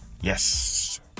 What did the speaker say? Yes